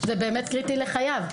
זה באמת קריטי לחייו.